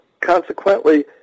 Consequently